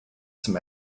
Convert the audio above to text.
zum